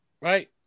Right